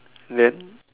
then